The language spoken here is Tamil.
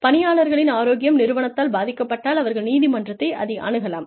பணியாளர்களின் ஆரோக்கியம் நிறுவனத்தால் பாதிக்கப்பட்டால் அவர்கள் நீதிமன்றத்தை அணுகலாம்